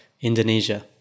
Indonesia